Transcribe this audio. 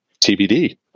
TBD